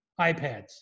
iPads